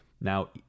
Now